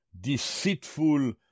deceitful